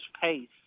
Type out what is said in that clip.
pace